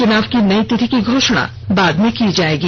चुनाव की नई तिथि की घोषणा बाद में की जायेगी